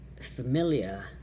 familiar